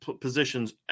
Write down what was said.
positions